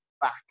back